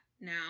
now